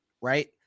right